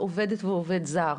גם כל עובדת ועובד זר.